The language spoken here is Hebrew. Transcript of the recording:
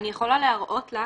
אני יכולה לראות לך,